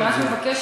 אני רק מבקשת,